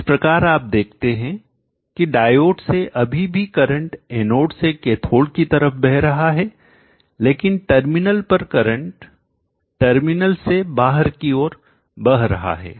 इस प्रकार आप देखते हैं कि डायोड से अभी भी करंट एनोड से कैथोड की तरफ बह रहा है लेकिन टर्मिनल पर करंट टर्मिनल से बाहर की ओर बह रहा है